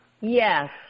yes